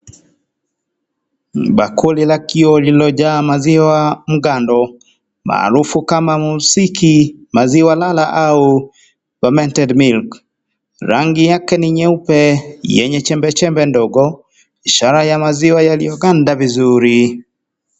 Ni bakuli la kioo lililojaa maziwa mgando maarufu kama mursiki, maziwa lala au fermented milk , rangi yake ni nyeupe yenye chembe chembe ndogo ishara ya maziwa yaliyoganda vizuri.